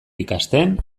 ikasten